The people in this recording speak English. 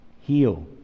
heal